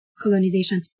colonization